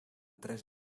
tres